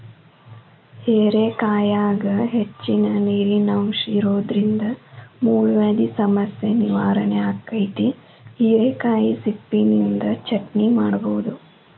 ಹೇರೆಕಾಯಾಗ ಹೆಚ್ಚಿನ ನೇರಿನಂಶ ಇರೋದ್ರಿಂದ ಮೂಲವ್ಯಾಧಿ ಸಮಸ್ಯೆ ನಿವಾರಣೆ ಆಕ್ಕೆತಿ, ಹಿರೇಕಾಯಿ ಸಿಪ್ಪಿನಿಂದ ಚಟ್ನಿ ಮಾಡಬೋದು